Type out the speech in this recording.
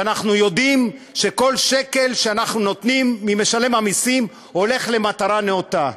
שאנחנו יודעים שכל שקל שאנחנו נותנים ממשלם המסים הולך למטרה נאותה.